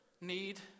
need